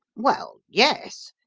well, yes,